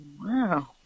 Wow